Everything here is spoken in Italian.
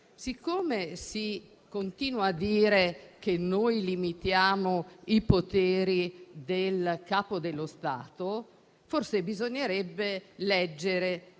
siccome si continua a dire che noi limitiamo i poteri del Capo dello Stato, forse bisognerebbe leggere